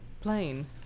plane